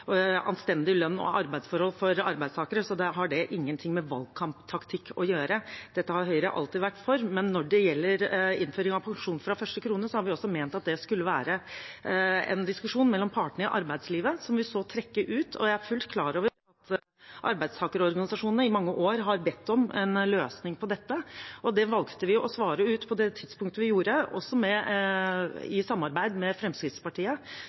anstendig lønn og arbeidsforhold for arbeidstakere. Dette har Høyre alltid vært for, men når det gjelder innføring av pensjon fra første krone, har vi ment at det skulle være en diskusjon mellom partene i arbeidslivet, som vi så trakk ut. Jeg er fullt klar over at arbeidstakerorganisasjonene i mange år har bedt om en løsning på dette, og det valgte vi å svare ut på det tidspunktet vi gjorde, også i samarbeid med Fremskrittspartiet.